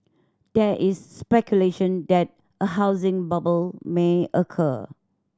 there is speculation that a housing bubble may occur